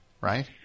Right